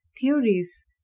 theories